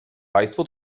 państwo